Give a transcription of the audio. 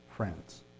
friends